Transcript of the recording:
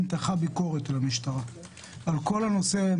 נמתחה ביקורת על המשטרה על כל הנושא.